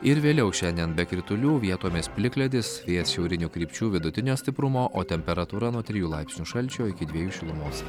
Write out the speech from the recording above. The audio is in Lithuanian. ir vėliau šiandien be kritulių vietomis plikledis vėjas šiaurinių krypčių vidutinio stiprumo o temperatūra nuo trijų laipsnių šalčio iki dviejų šilumos